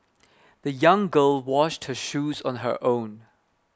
the young girl washed her shoes on her own